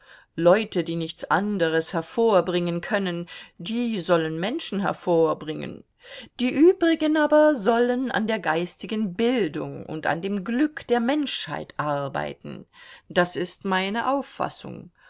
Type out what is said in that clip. leute die nichts anderes hervorbringen können die sollen menschen hervorbringen die übrigen aber sollen an der geistigen bildung und dem glück der menschheit arbeiten das ist meine auffassung